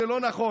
זה לא נכון.